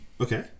Okay